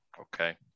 Okay